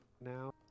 now